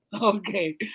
Okay